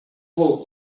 болуп